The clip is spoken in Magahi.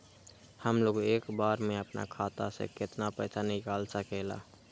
हमलोग एक बार में अपना खाता से केतना पैसा निकाल सकेला?